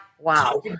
wow